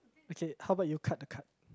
okay how about you cut the card